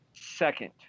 Second